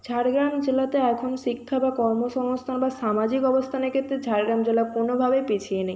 ঝাড়গ্রাম জেলাতে এখন শিক্ষা বা কর্মসংস্থান বা সামাজিক অবস্থানের ক্ষেত্রে ঝাড়গ্রাম জেলা কোনোভাবেই পিছিয়ে নেই